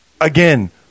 again